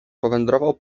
powędrował